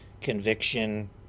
conviction